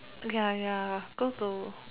ya ya go to